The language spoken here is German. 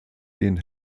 den